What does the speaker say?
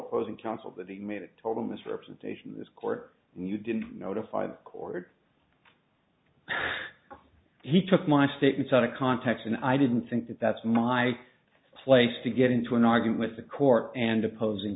opposing counsel that he made a total misrepresentation this court and you didn't notify the court he took my statements out of context and i didn't think that that's my place to get into an argument with the court and opposing